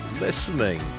listening